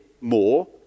more